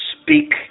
speak